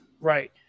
Right